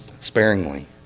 sparingly